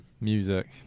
Music